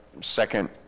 second